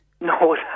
No